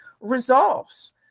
resolves